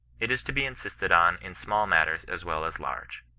it is to be insisted on in small matters as well as large.